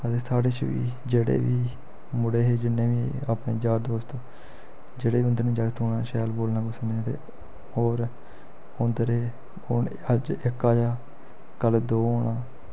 अदे साढ़े श बी जेह्ड़े बी मुड़े हे जिन्ने बी अपने यार दोस्त जेह्ड़े बी उंदे कन्नै जागत औना शैल बोलना कुसै ने ते होर औंदे रेह् होर अज्ज इक आया कल दो औना